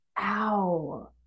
ow